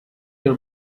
your